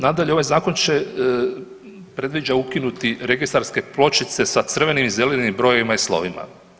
Nadalje, ovaj zakon predviđa ukinuti registarske pločice sa crvenim i zelenim brojevima i slovima.